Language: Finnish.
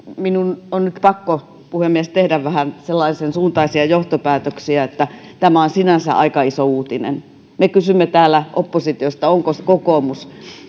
minun on nyt pakko puhemies tehdä vähän sellaisen suuntaisia johtopäätöksiä että tämä on sinänsä aika iso uutinen me kysymme täällä oppositiosta onko kokoomus